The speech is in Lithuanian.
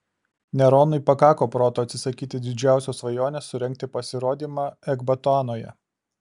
neronui pakako proto atsisakyti didžiausios svajonės surengti pasirodymą ekbatanoje